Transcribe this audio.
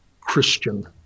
Christian